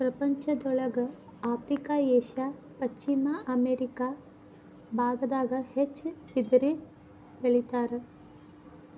ಪ್ರಪಂಚದೊಳಗ Africa Asia ಪಶ್ಚಿಮ America ಬಾಗದಾಗ ಹೆಚ್ಚ ಬಿದಿರ ಬೆಳಿತಾರ